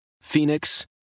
Phoenix